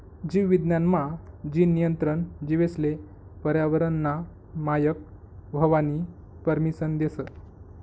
जीव विज्ञान मा, जीन नियंत्रण जीवेसले पर्यावरनना मायक व्हवानी परमिसन देस